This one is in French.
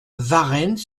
varennes